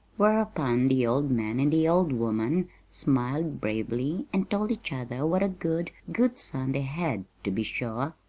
whereupon the old man and the old woman smiled bravely and told each other what a good, good son they had, to be sure!